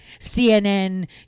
CNN